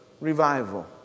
revival